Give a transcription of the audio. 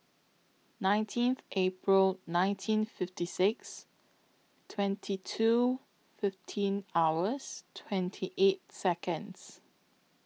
nineteenth April nineteen fifty six twenty two fifteen hours twenty eight Seconds